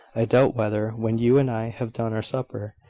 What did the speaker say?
i doubt whether, when you and i have done our supper,